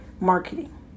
marketing